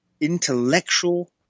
intellectual